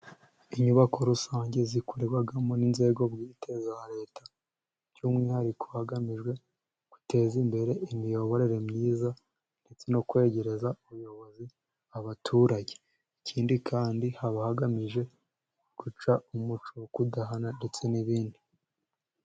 Inyubako rusange zikorerwamo n'inzego bwite za leta, by'umwihariko hagamijwe guteza imbere imiyoborere myiza ndetse no kwegereza ubuyobozi abaturage, ikindi kandi haba hagamijwe guca umuco wo kudahana ndetse n'ibindi.